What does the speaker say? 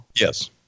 Yes